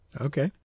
Okay